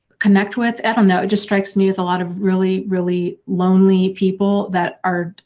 connect with, i don't know, it just strikes me as a lot of really, really lonely people that are